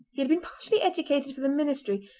he had been partially educated for the ministry,